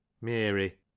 Mary